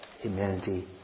humanity